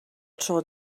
tro